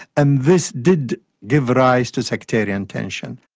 and this did give rise to sectarian tension.